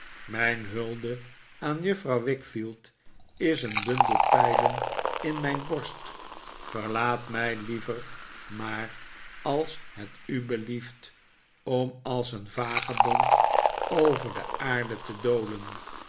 mijn hulde aan juffrouw wickfield is een bundel pijlen in mijn borst verlaat mij liever maar als het u belieft om als een vagebond over de aarde te dolen